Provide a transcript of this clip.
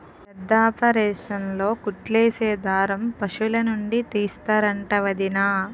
పెద్దాపరేసన్లో కుట్లేసే దారం పశులనుండి తీస్తరంట వొదినా